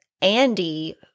Andy